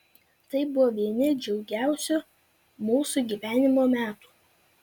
tai buvo vieni džiugiausių mūsų gyvenimo metų